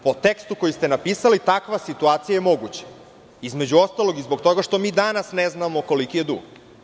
Po tekstu koji ste napisali, takva situacija je moguća, između ostalog i zbog toga što mi danas ne znamo koliki je dug.